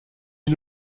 est